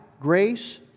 grace